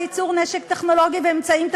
ייצור נשק טכנולוגי ואמצעים טכנולוגיים,